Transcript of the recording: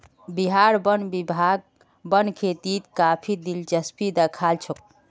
बिहार वन विभाग वन खेतीत काफी दिलचस्पी दखा छोक